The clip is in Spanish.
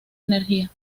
energía